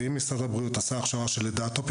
ואם משרד הבריאות עשה הכשרה שלדעתו עכשיו